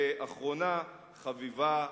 ואחרונה חביבה,